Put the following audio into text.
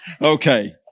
Okay